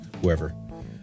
whoever